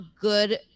good